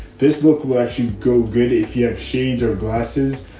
this look will actually go good if you have shades or glasses.